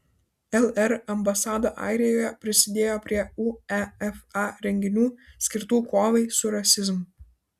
lr ambasada airijoje prisidėjo prie uefa renginių skirtų kovai su rasizmu